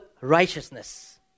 righteousness